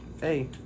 hey